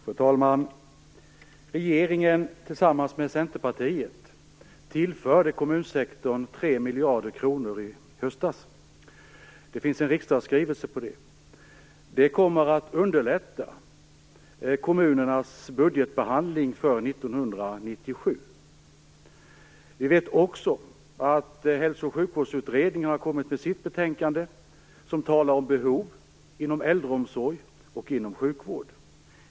Fru talman! Regeringen tillförde tillsammans med Centerpartiet kommunsektorn 3 miljarder kronor i höstas. Det finns en riksdagsskrivelse på det. Det kommer att underlätta kommunernas budgetbehandling för 1997. Hälso och sjukvårdsutredningen har kommit med sitt betänkande där man talar om behov inom äldreomsorg och sjukvård.